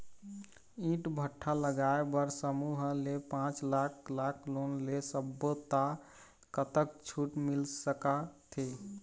ईंट भट्ठा लगाए बर समूह ले पांच लाख लाख़ लोन ले सब्बो ता कतक छूट मिल सका थे?